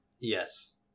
Yes